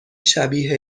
شبیه